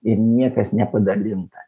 ir niekas nepadalinta